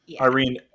Irene